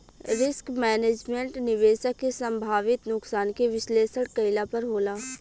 risk management, निवेशक के संभावित नुकसान के विश्लेषण कईला पर होला